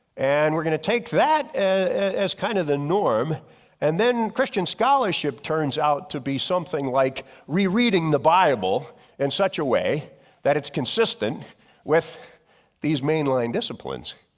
and we're gonna take that as kind of the norm and then christian scholarship turns out to be something like rereading the bible in such a way that it's consistent with these mainline disciplines.